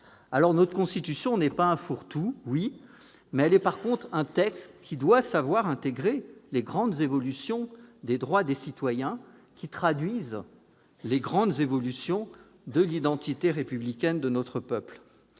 Certes, notre Constitution n'est pas un fourre-tout. En revanche, c'est un texte qui doit savoir intégrer les grandes évolutions des droits des citoyens qui traduisent les grandes évolutions de l'identité républicaine de notre peuple.